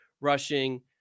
rushing